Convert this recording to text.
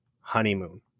honeymoon